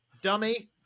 dummy